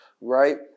right